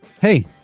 hey